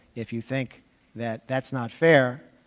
if you think that that's not fair,